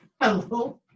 Hello